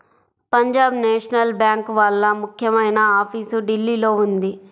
Punjab National Bank వాళ్ళ ముఖ్యమైన office ఢిల్లీలో ఉంది